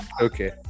Okay